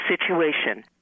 situation